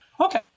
Okay